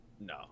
no